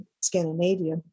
Scandinavia